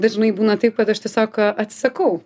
dažnai būna taip kad aš tiesiog atsisakau